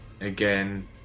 again